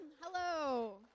Hello